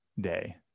day